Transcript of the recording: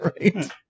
Right